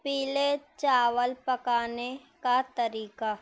پیلے چاول پکانے کا طریقہ